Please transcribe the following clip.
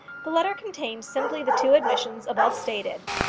the letter contained simply the two admissions above stated,